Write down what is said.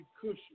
cushion